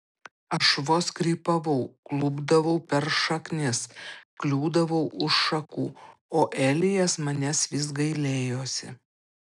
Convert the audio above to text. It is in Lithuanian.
aš vos krypavau klupdavau per šaknis kliūdavau už šakų o elijas manęs vis gailėjosi